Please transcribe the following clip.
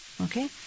Okay